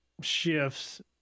shifts